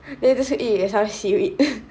then you just eat with some seaweed